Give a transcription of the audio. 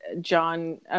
John